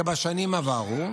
כבשנים עברו,